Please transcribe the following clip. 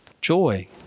Joy